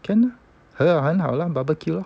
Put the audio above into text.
can ah 很好 lor barbecue lor